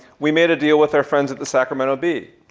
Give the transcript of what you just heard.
we made a deal with our friends at the sacramento bee.